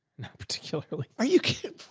not particularly. are you kidding?